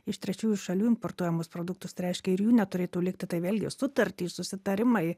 iš trečiųjų šalių importuojamus produktus tai reiškia ir jų neturėtų likti taip vėlgi sutartys susitarimai